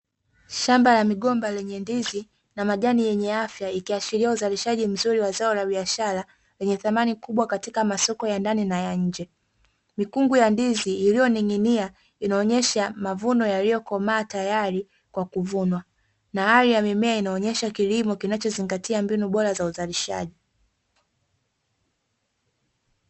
Shamba la migomba lenye ndizi na majani yenye afya ikiashiria uzalishaji mzuri wa zao la biashara lenye thamani kubwa katika masoko ya ndani na ya nje. Mikungu ya ndizi iliyoning'inia inaonesha mavuno yaliyokomaa tayari kwa kuvunwa na hali ya mimea inaonyesha kilimo kinachozingatia mbinu bora za uzalishaji.